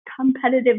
competitive